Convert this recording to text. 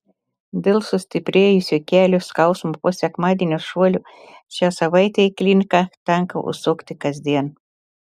dėl sustiprėjusio kelio skausmo po sekmadienio šuolio šią savaitę į kliniką tenka užsukti kasdien